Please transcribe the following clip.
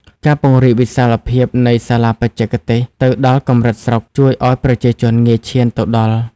ការពង្រីកវិសាលភាពនៃសាលាបច្ចេកទេសទៅដល់កម្រិតស្រុក ជួយឱ្យប្រជាជនងាយឈានទៅដល់។